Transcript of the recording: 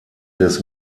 des